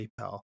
PayPal